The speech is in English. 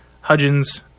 Hudgens